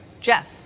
Jeff